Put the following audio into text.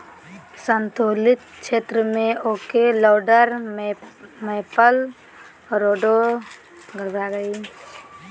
सन्तुलित क्षेत्र में oak, laurel, maple, rhododendron, alder और बर्च के वन हइ